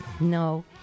no